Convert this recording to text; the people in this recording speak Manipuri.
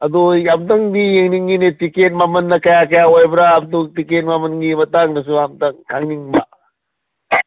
ꯑꯗꯨ ꯑꯩ ꯑꯝꯇꯪꯗꯤ ꯌꯦꯡꯅꯤꯡꯉꯤꯅꯦ ꯇꯤꯀꯦꯠ ꯃꯃꯟꯅ ꯀꯌꯥ ꯀꯌꯥ ꯑꯣꯏꯕ꯭ꯔꯥ ꯑꯗꯨ ꯇꯤꯀꯦꯠ ꯃꯃꯟꯒꯤ ꯃꯇꯥꯡꯗꯁꯨ ꯑꯝꯇꯪ ꯈꯪꯅꯤꯡꯕ